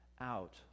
out